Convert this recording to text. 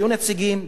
היו נציגים,